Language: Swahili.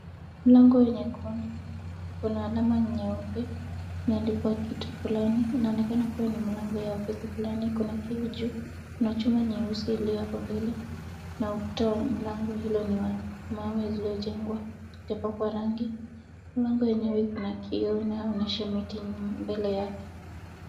Mlango nyekundu iko na alama nyeupe imeandikwa kitu fulani inaonekana kuwa ni mlango ya ofisi fulani, kuna kioo juu, kuna chuma nyeusi iliyo hapo mbele na ukuta wa mlango ni wa mawe zilizojengwa, haijapakwa rangi, mlango yenyewe ina kioo inaonyesha miti mbele yake.